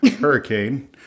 hurricane